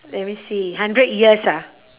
let me see hundred years ah